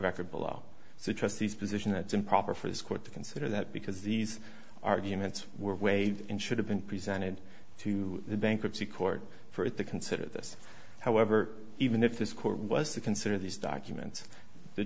record below so trustees position it's improper for this court to consider that because these arguments weighed in should have been presented to the bankruptcy court for it to consider this however even if this court was to consider these documents the